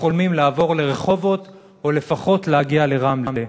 חולמים לעבור לרחובות או לפחות להגיע לרמלה.